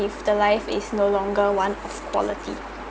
if the life is no longer one of quality